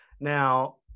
now